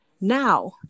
Now